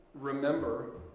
remember